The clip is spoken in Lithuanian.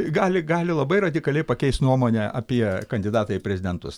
gali gali labai radikaliai pakeist nuomonę apie kandidatą į prezidentus